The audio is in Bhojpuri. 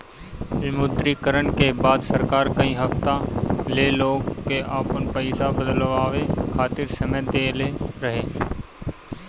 विमुद्रीकरण के बाद सरकार कई हफ्ता ले लोग के आपन पईसा बदलवावे खातिर समय देहले रहे